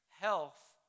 Health